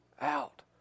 out